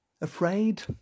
Afraid